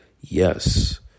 Yes